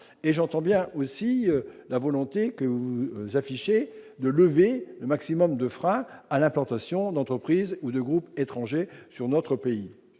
et j'entends bien aussi la volonté que vous affichez de lever le maximum de frein à l'implantation d'entreprises ou de groupes étrangers sur notre pays